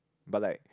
but like